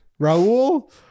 raul